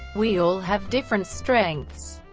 we all have different strengths.